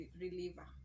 reliever